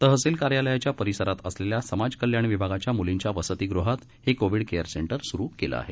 तहसील कार्यालयाच्या परिसरात असलेल्या समाज कल्याण विभागाच्या मुलींच्या वसतिगृहात हे कोविड केअर सेंटर सुरु केलं आहे